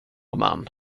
man